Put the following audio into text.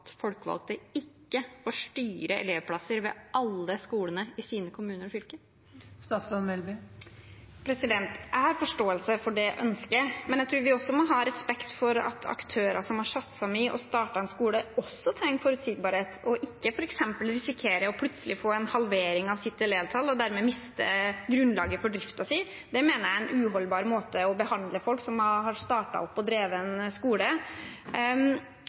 folkevalgte ikke får styre elevplasser ved alle skolene i sine kommuner og fylker? Jeg har forståelse for det ønsket, men jeg tror vi også må ha respekt for at aktører som har satset mye og startet en skole, trenger forutsigbarhet og f.eks. ikke plutselig å risikere å få en halvering av elevtallet og dermed miste grunnlaget for driften sin. Det mener jeg er en uholdbar måte å behandle folk på som har startet opp og drevet en skole.